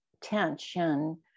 tension